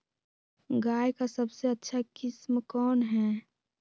गाय का सबसे अच्छा किस्म कौन हैं?